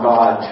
God